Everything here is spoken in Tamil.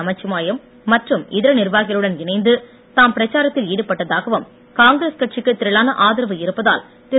நமச்சிவாயம் மற்றும் இதர நிர்வாகிகளுடன் இணைந்து தாம் பிரச்சாரத்தில் ஈடுபட்டதாகவும் காங்கிரஸ் கட்சிக்கு திரளான ஆதரவு இருப்பதால் திரு